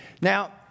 Now